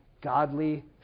godly